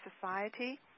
Society